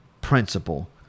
principle